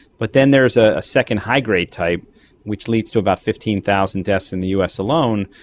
but then there's a second high-grade type which leads to about fifteen thousand deaths in the us alone,